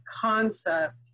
concept